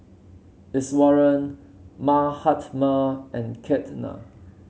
Iswaran Mahatma and Ketna